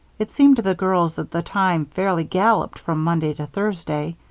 it seemed to the girls that the time fairly galloped from monday to thursday.